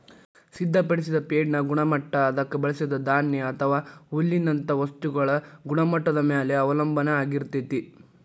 ಸಿದ್ಧಪಡಿಸಿದ ಫೇಡ್ನ ಗುಣಮಟ್ಟ ಅದಕ್ಕ ಬಳಸಿದ ಧಾನ್ಯ ಅಥವಾ ಹುಲ್ಲಿನಂತ ವಸ್ತುಗಳ ಗುಣಮಟ್ಟದ ಮ್ಯಾಲೆ ಅವಲಂಬನ ಆಗಿರ್ತೇತಿ